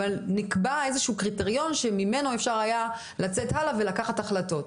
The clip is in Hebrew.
אבל נקבע איזשהו קריטריון שממנו אפשר היה לצאת הלאה ולקחת החלטות.